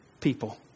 people